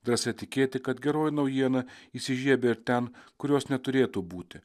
drąsa tikėti kad geroji naujiena įsižiebia ir ten kur jos neturėtų būti